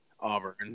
Auburn